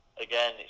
again